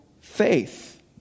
faith